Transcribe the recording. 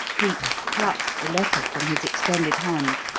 cleek plucked the letter from his extended hand,